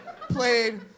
played